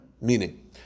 Meaning